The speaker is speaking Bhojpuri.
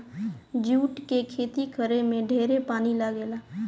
जुट के खेती करे में ढेरे पानी लागेला